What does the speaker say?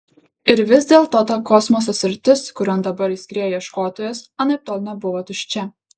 ir vis dėlto ta kosmoso sritis kurion dabar įskriejo ieškotojas anaiptol nebuvo tuščia